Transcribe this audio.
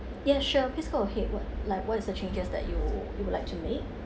ya sure please go ahead what like what is the changes that you you would like to make